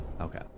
Okay